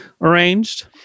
arranged